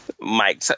Mike